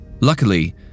Luckily